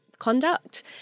conduct